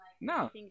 No